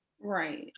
Right